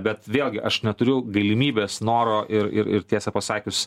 bet vėlgi aš neturiu galimybės noro ir ir ir tiesą pasakius